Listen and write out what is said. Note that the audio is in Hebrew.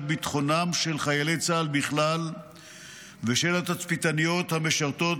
ביטחונם של חיילי צה"ל בכלל ושל התצפיתניות המשרתות